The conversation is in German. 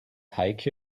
heike